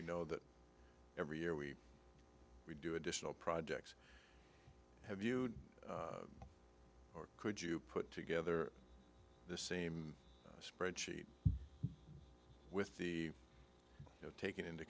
you know that every year we do additional projects have you or could you put together the same spreadsheet with the you know taking into